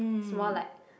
more like